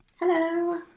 Hello